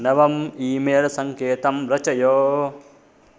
नवमं email सङ्केतं रचय